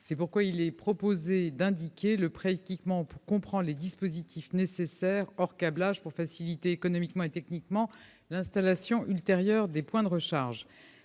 C'est pourquoi nous proposons de préciser que le pré-équipement comprend les dispositifs nécessaires, hors câblage, pour faciliter économiquement et techniquement l'installation ultérieure des points de recharge.